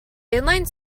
inline